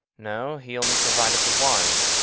no he only provided the wine.